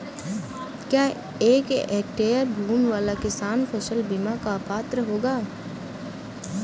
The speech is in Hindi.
क्या एक हेक्टेयर भूमि वाला किसान फसल बीमा का पात्र होगा?